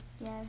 Yes